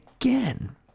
again